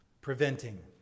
preventing